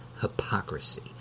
hypocrisy